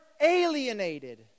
alienated